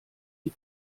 die